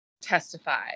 testify